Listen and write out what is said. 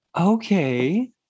Okay